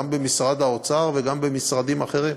גם במשרד האוצר וגם במשרדים אחרים.